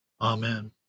amen